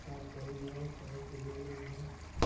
घर दा होई गेआ चाहें कोई होर होई गेआ